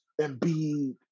Embiid